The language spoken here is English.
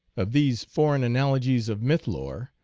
of these foreign analogies of myth-lore,